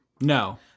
No